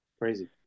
Crazy